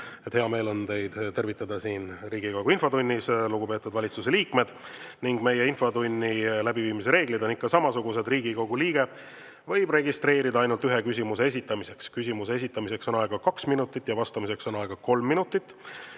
Hea meel on teid tervitada siin Riigikogu infotunnis, lugupeetud valitsuse liikmed! Meie infotunni läbiviimise reeglid on ikka samasugused. Riigikogu liige võib registreerida ainult ühe küsimuse esitamiseks. Küsimuse esitamiseks on aega kaks minutit, vastamiseks on aega kolm minutit.